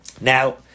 Now